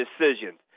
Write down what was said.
decisions